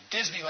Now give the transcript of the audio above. Disneyland